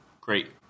great